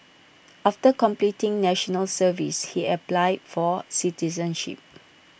after completing National Service he applied for citizenship